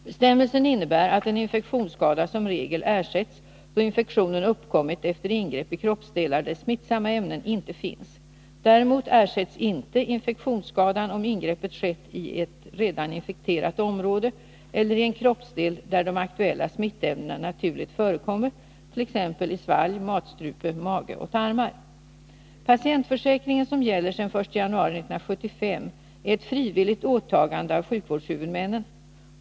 Bestämmelsen innebär att en infektionsskada som regel ersätts då infektionen uppkommit efter ingrepp i kroppsdelar där smittsamma ämnen inte finns. Däremot ersätts inte infektionsskadan om ingreppet skett i ett redan infekterat område eller i en kroppsdel där de aktuella smittämnena naturligt förekommer, t.ex. i svalg, matstrupe, mage och tarmar. Patientförsäkringen, som gäller sedan den 1 januari 1975, är ett frivilligt åtagande av sjukvårdshuvudmännen.